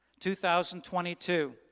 2022